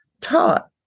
taught